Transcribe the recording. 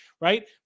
right